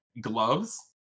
gloves